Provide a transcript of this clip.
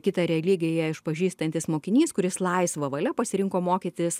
kitą religiją išpažįstantis mokinys kuris laisva valia pasirinko mokytis